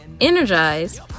energize